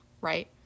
right